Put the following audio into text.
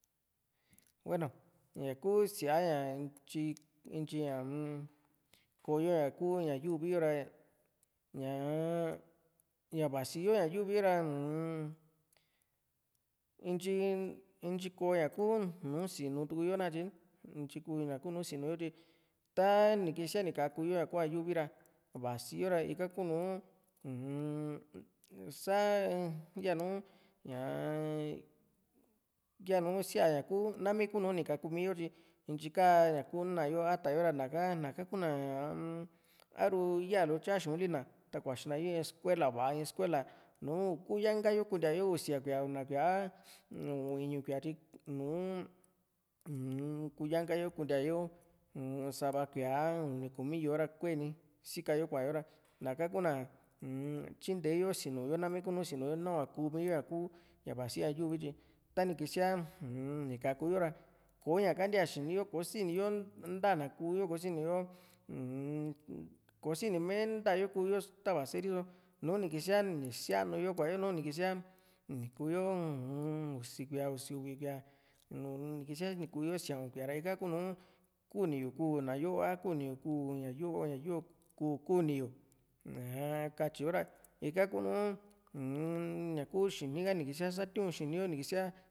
hueno ña ku sía ña ntyi intyi ña ko´yo ñaku ña yuvi yo ra ñaa ña vasi yo ña yuvi yo ra uu-n intyi intyi koa ña ku ña nusinutuku yo nakatye ni ntyi ko ña´ku nu sinu´yo tyi ta ni kísia ni kaku yo ra ña ku ña yuvi ra vasiyo ra ika kunu uu-n sá yanu ñaa-n yanu síaña ku nami kunu kaku miyo tyi ntyi kaña kú náa yo ata yo ra lnaka naka kúna a´ru ya li tya xu´un lina ta kuaxina yo in escuela va´a in escuela nùù kuyanka yo kuntía yo usia kuía una kuía a u´un iñu kuía tyi nùù kuyanka yo kuntíayo sava kuía a uni kumi yó´o ra kueni si´ka yo kua´yo naka kuna uu-n tyinte yo sinu´yo nami kunu sinu´yo nahua kuu mi´yo ña base ña yuvi tyi tani kísia ni kaku yo ra kò´o ñaka ntia xiniyo kosini yo ntana kú´yo kosini yo uu-n kosini me nta´yo ku´yo tava se´ri so tani kísia síanu yo kua´yo nu ni kísia ni ku´yo usi kuía usi uvi kuía uu-n nikísia nuku yo sia´un kuía ra ika kunu kuni yu kú na yo a kuni yu kú ña´yo kú´kuni yu ñaa katyiyo ra ika kúnu uun ña ku xinika ni kísia satiu´n xini yo nikísia